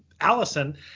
Allison